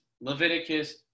Leviticus